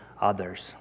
others